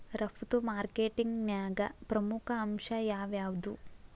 ರಫ್ತು ಮಾರ್ಕೆಟಿಂಗ್ನ್ಯಾಗ ಪ್ರಮುಖ ಅಂಶ ಯಾವ್ಯಾವ್ದು?